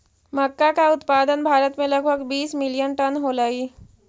मक्का का उत्पादन भारत में लगभग बीस मिलियन टन होलई